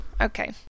okay